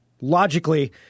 Logically